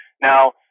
Now